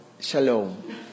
Shalom